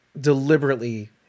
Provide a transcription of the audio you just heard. deliberately